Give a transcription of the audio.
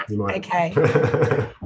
Okay